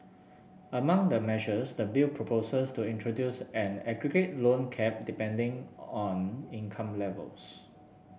among the measures the bill proposes to introduce an aggregate loan cap depending on income levels